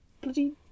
Bloody